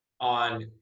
on